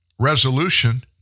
Resolution